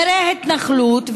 נראה התנחלות,